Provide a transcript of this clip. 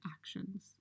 actions